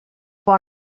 bon